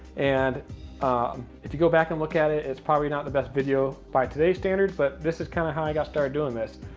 and if you go back and look at it, it's probably not the best video by today's standards, but this is kinda how i got started doing this.